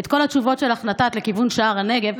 את כל התשובות שלך נתת לכיוון שער הנגב.